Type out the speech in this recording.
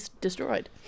destroyed